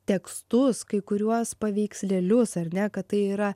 tekstus kai kuriuos paveikslėlius ar ne kad tai yra